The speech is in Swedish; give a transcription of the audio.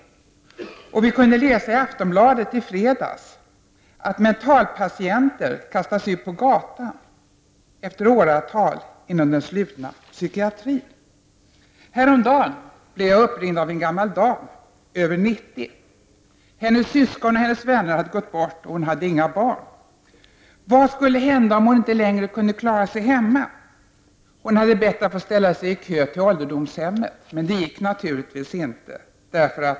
Vi kunde i fredags läsa i Aftonbladet att mentalpatienter kastas ut på gatan efter åratal inom den slutna psykiatrin. Jag blev häromdagen uppringd av en gammal dam, över 90 år. Hennes syskon och vänner hade gått bort, och hon hade inga barn. Vad skulle hända om hon inte längre kunde klara sig hemma? Hon hade bett att få ställa sig i kö till ålderdomshemmet, men det gick förstås inte.